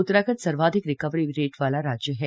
उत्तराखण्ड सर्वाधिक recovery rate वाला राज्य है